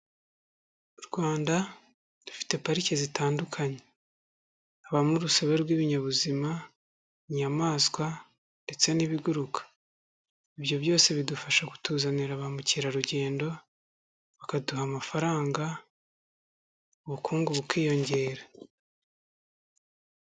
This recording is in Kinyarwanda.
U Rwanda rufite pariki zitandukanye ,habamo urusobe rw'ibinyabuzima, inyamaswa ndetse n'ibiguruka. Ibyo byose bidufasha kutuzanira ba mukerarugendo bakaduha amafaranga, ubukungu bukiyongera.